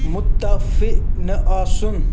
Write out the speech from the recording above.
مُتفہِ نہٕ آسُن